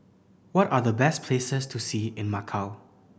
what are the best places to see in Macau